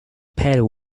paid